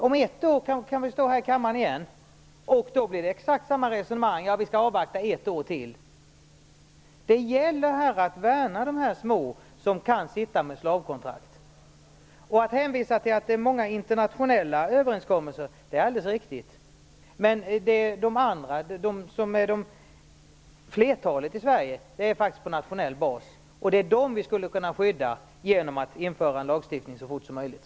Om ett år kanske vi står här i kammaren igen och har samma resonemang: Vi skall avvakta ett år till. Det gäller att värna de små som kan sitta med slavkontrakt. Hänvisningen till att många överenskommelser är internationella är alldeles riktig, men flertalet av dessa avtal i Sverige är faktiskt träffade på nationell bas, och det är dem som har dessa avtal vi skulle kunna skydda genom att införa en lagstiftning så fort som möjligt.